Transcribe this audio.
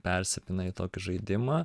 persipina į tokį žaidimą